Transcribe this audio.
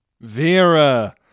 Vera